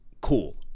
cool